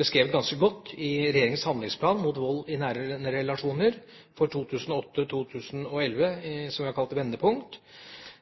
beskrevet ganske godt i regjeringas handlingsplan mot vold i nære relasjoner for 2008–2011, som vi har kalt «Vendepunkt»,